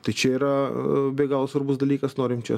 tai čia yra be galo svarbus dalykas norinčio